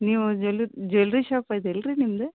ನೀವು jewel jewellery shop ಐತೆಲ್ಲಾ ರೀ ನಿಮ್ದು